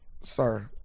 Sir